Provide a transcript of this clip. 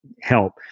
help